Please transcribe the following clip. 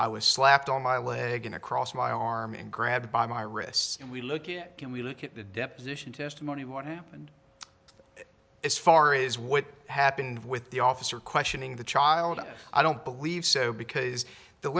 i was slapped on my leg and across my arm and grabbed by my wrists and we can we look at the deposition testimony what happened as far is what happened with the officer questioning the child i don't believe so because the